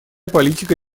политика